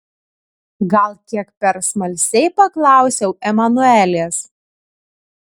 gal kiek per smalsiai paklausiau emanuelės